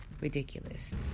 ridiculous